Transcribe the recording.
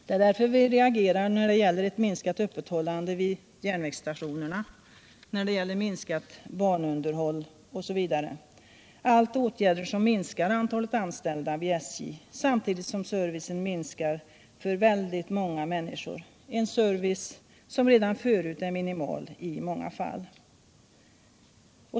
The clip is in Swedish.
Det är därför vi reagerar då det gäller ett minskat öppethållande vid järnvägsstationerna, när det gäller minskat banunderhåll osv., allt åtgärder som minskar antalet anställda vid SJ samtidigt som servicen minskar för väldigt många människor — en service som redan förut är minimal i många fall.